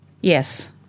Yes